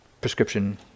prescription